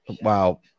wow